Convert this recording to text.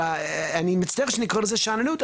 אני מצטער שאני קורא לזה שאננות,